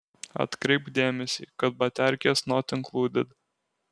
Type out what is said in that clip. atkreipk dėmesį kad baterkės not inkluded